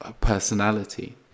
personality